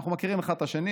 אנחנו מכירים אחד את השני.